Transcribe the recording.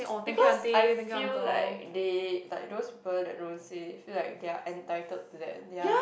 because I feel like they like those people that don't say feel like they are entitled to that the others